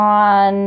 on